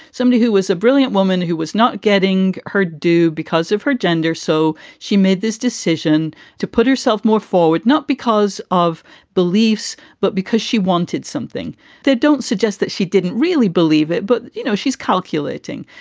somebody who was a brilliant woman who was not getting her do because of her gender. so she made this decision to put herself more forward, not because of beliefs, but because she wanted something that don't suggest that she didn't really believe it. but, you know, she's calculating.